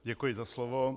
Děkuji za slovo.